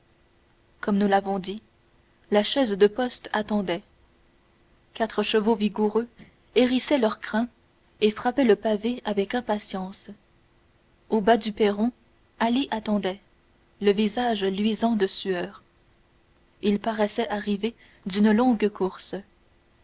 comme nous l'avons dit la chaise de poste attendait quatre chevaux vigoureux hérissaient leurs crins et frappaient le pavé avec impatience au bas du perron ali attendait le visage luisant de sueur il paraissait arriver d'une longue course